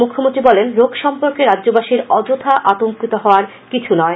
মুখ্যমন্ত্রী বলেন এই রোগ সম্পর্কে রাজ্যবাসীর অযথা আতঙ্কিত হওয়ার কিছু নেই